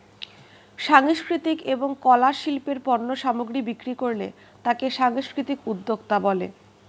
সাংস্কৃতিক এবং কলা শিল্পের পণ্য সামগ্রী বিক্রি করলে তাকে সাংস্কৃতিক উদ্যোক্তা বলে